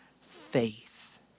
faith